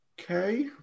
Okay